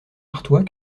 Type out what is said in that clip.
artois